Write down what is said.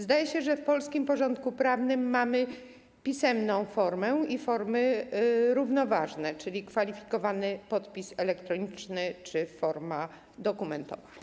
Zdaje się, że w polskim porządku prawnym mamy formę pisemną i formy równoważne, czyli kwalifikowany podpis elektroniczny czy formę dokumentową.